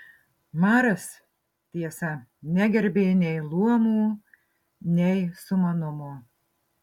maras tiesa negerbė nei luomų nei sumanumo